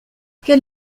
quel